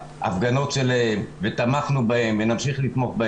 בהפגנות שלהן ותמכנו בהן ונמשיך לתמוך,